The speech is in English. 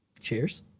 Cheers